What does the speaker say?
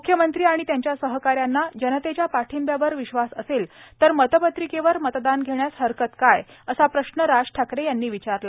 मुख्यमंत्री आणि त्यांच्या सहकाऱ्यांना जनतेच्या पाठिंब्यावर विश्वास असेल तर मतपत्रिकेवर मतदान घेष्यास हरकत काय असा प्रश्न राज ठाकरे यांनी विचारला